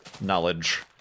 knowledge